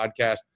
podcast